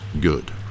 Good